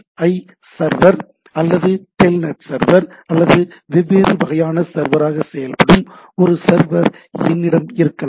ஐ server அல்லது telnet server அல்லது வெவ்வேறு வகையான சர்வராக செயல்படும் ஒரு சர்வர் என்னிடம் இருக்கலாம்